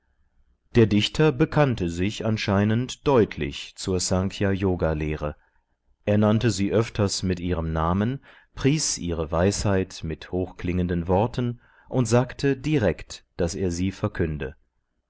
der dichter bekannte sich anscheinend deutlich zur snkhya yoga lehre er nannte sie öfters mit ihrem namen pries ihre weisheit mit hochklingenden worten und sagte direkt daß er sie verkünde